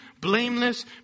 blameless